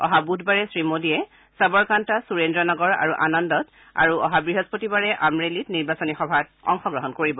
অহা বুধবাৰে শ্ৰীমোদীয়ে চৱৰকান্তা সুৰেজ্ৰ নগৰ আৰু আনন্দত আৰু অহা বৃহস্পতিবাৰে আমৰেলিত নিৰ্বাচনী সভাত ভাষণ দিব